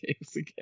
again